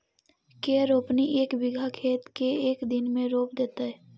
के रोपनी एक बिघा खेत के एक दिन में रोप देतै?